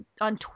on